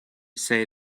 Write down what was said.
say